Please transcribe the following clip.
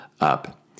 up